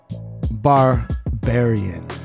barbarian